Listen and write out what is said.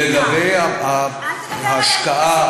לגבי ההשקעה,